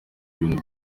ibintu